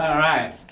right.